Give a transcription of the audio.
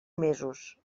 mesos